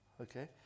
Okay